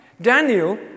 Daniel